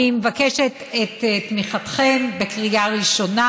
למה לא, אני מבקשת את תמיכתכם בקריאה ראשונה.